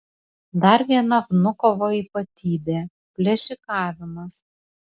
dar viena vnukovo ypatybė plėšikavimas